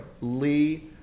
Lee